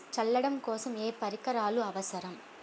చల్లడం కోసం ఏ పరికరాలు అవసరం?